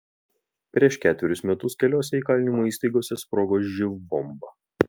prieš ketverius metus keliose įkalinimo įstaigose sprogo živ bomba